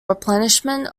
replenishment